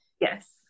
Yes